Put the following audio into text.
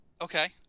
okay